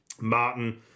Martin